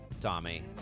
Tommy